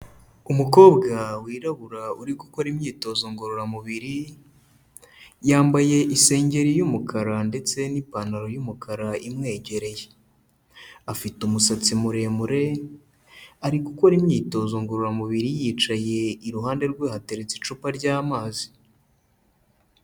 Umukobwa wirabura uri gukora imyitozo ngororamubiri, yambaye isengeri y'umukara ndetse n'ipantaro y'umukara imwegereye, afite umusatsi muremure, ari gukora imyitozo ngororamubiri yicaye, iruhande rwe hateretse icupa ry'amazi.